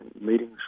meetings